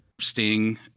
Sting